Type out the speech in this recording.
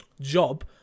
job